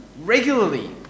regularly